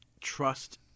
trust